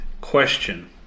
Question